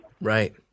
Right